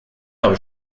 habe